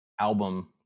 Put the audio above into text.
album